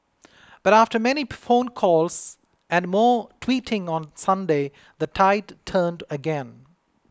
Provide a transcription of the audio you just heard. but after many phone calls and more tweeting on Sunday the tide turned again